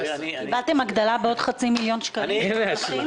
קיבלתם הגדלה בעוד חצי מיליון שקלים בתקנים למתמחים?